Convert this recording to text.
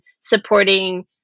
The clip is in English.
supporting